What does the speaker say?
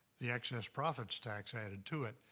the excess profits tax added to it,